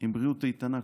עם בריאות איתנה,